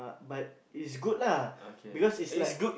but it's good lah because it's like